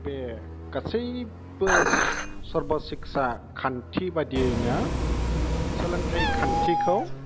बे गासैबो सर्भ सिक्षा खान्थि बादियैनो सोलोंथाइ खान्थिखौ